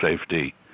safety